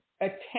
attend